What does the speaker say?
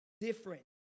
different